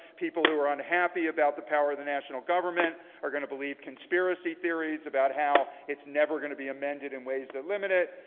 people who are unhappy about the power of the national government are going to believe conspiracy theories about how it's never going to be amended in ways that limit it.